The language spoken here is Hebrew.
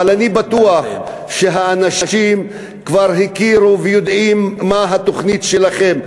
אבל אני בטוח שאנשים כבר הכירו ויודעים מה התוכנית שלכם.